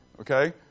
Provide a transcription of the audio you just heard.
okay